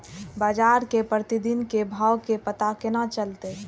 बजार के प्रतिदिन के भाव के पता केना चलते?